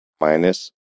minus